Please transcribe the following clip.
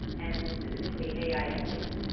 and specifically ai ethics.